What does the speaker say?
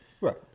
Right